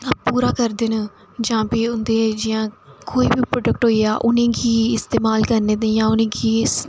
पूरा करदे न जां प्ही उं'दे जि'यां कोई बी प्रोडक्ट होइया उ'नेंगी इस्तेमाल करने दी जां उ'नेंगी